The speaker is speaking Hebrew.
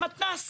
למתנ"ס.